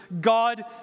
God